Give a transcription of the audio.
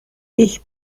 ich